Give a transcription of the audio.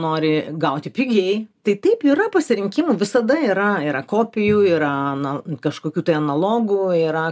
nori gauti pigiai tai taip yra pasirinkimų visada yra yra kopijų yra na kažkokių tai analogų yra